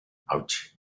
ouch